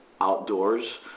outdoors